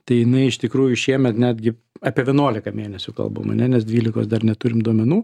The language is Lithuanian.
tai jinai iš tikrųjų šiemet netgi apie vienuoliką mėnesių kalbam ane nes dvylikos dar neturim duomenų